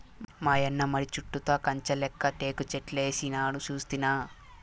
మాయన్న మడి చుట్టూతా కంచెలెక్క టేకుచెట్లేసినాడు సూస్తినా